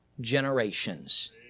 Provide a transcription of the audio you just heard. generations